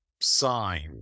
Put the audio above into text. sign